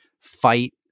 fight